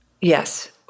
Yes